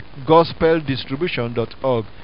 gospeldistribution.org